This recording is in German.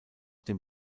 dem